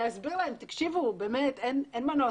להסביר להם שבאמת אין מנוס,